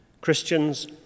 Christians